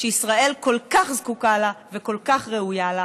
שישראל כל כך זקוקה לה וכל כך ראויה לה,